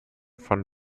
von